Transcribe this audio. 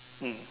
mm